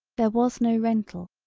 there was no rental.